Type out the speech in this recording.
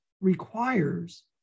requires